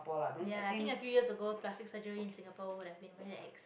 ya i think a few years ago plastic surgery in singapore would have been very ex